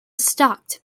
stalked